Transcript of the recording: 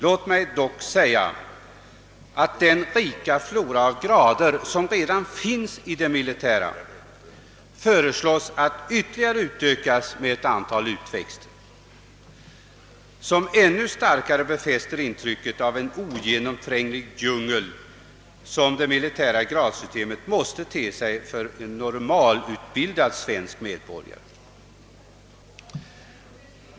Låt mig dock påpeka att den rika flora av grader som redan finns i det militära föreslås bli ytterligare utökad med ett antal utväxter, som ännu starkare befäster det intryck av en ogenomtränglig djungel som det militära gradsystemet måste ge en normalutbildad svensk medborgare.